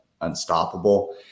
unstoppable